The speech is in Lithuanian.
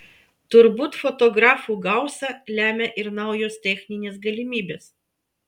turbūt fotografų gausą lemia ir naujos techninės galimybės